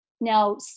Now